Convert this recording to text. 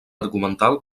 argumental